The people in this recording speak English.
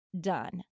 done